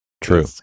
True